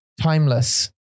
Timeless